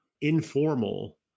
informal